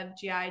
GI